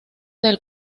del